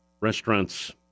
restaurants